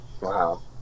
Wow